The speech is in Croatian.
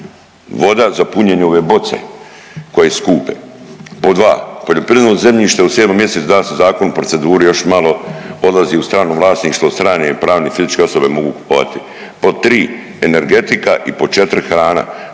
voda za punjenje ove boce koje su skupe. Pod dva, poljoprivredno zemljište …/Govornik se ne razumije/…zakon u proceduri još malo odlazi u strano vlasništvo, strane pravne i fizičke osobe mogu kupovati. Pod tri, energetika i pod četiri hrana,